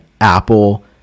apple